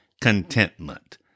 contentment